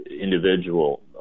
individual